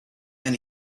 and